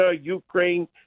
Ukraine